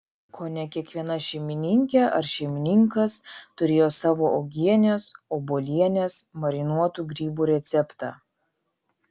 kone kiekviena šeimininkė ar šeimininkas turėjo savą uogienės obuolienės marinuotų grybų receptą